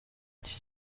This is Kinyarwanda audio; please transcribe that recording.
iki